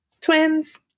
Twins